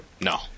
No